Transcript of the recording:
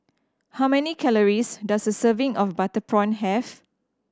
how many calories does a serving of butter prawn have